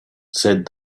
said